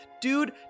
dude